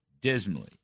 dismally